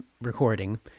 recording